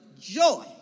joy